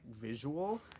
visual